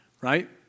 right